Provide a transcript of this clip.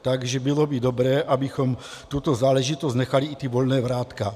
Takže bylo by dobré, abychom tuto záležitost nechali i ta volná vrátka.